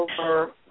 over